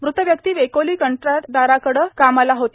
मृत व्यक्ती वेकोलॉ कंत्राटदाराकडे कामाला होते